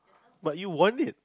but you won it